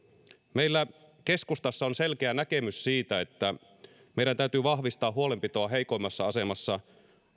meillä keskustassa on selkeä näkemys siitä että meidän täytyy vahvistaa huolenpitoa heikoimmassa asemassa